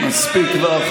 מספיק כבר,